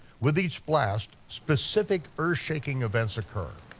with each blast, specific earth-shaking events occur.